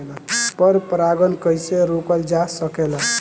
पर परागन कइसे रोकल जा सकेला?